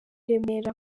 remera